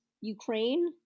Ukraine